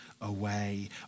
away